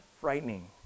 frightening